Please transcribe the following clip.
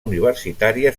universitària